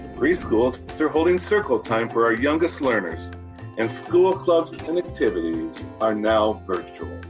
preschools are holding circle time for our youngest learners and school clubs and activities are now virtual.